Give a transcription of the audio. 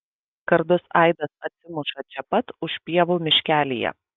skardus aidas atsimuša čia pat už pievų miškelyje